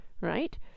right